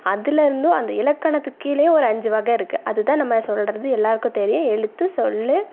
அதிலேருந்தும் அந்த இலக்கணத்துக்கு கீழேயும் ஒரு அஞ்சு வகை இருக்குது அதுதான் நம்ம சொல்கிறது எல்லாேருக்கும் தெரியும் எழுத்து சொல்